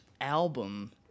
album